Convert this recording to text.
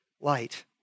light